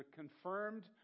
confirmed